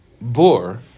boar